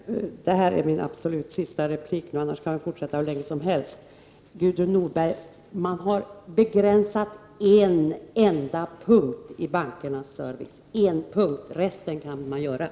Herr talman! Det här är min absolut sista replik — annars kan vi fortsätta hur länge som helst. Gudrun Norberg! Man har begränsat en enda punkt i bankernas service, resten kan göras.